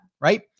right